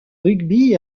rugby